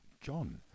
John